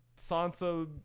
Sansa